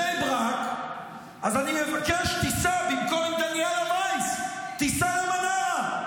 אז אני מבקש שבמקום עם דניאלה וייס תיסע למנרה,